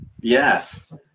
Yes